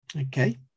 okay